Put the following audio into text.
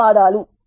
ధన్యవాదాలు